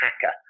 hacker